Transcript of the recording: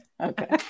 okay